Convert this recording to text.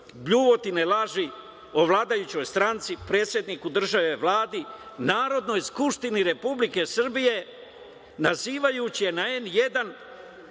bljuvotine i laži o vladajućoj stranci, predsedniku države, Vladi, Narodnoj skupštini Republike Srbije, nazivajući je na N1